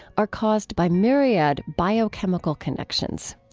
are caused by myriad biochemical connections.